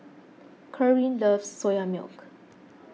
Kerwin loves Soya Milk